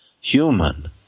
human